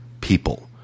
people